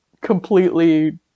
completely